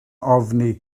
ofni